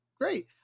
Great